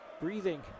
Breathing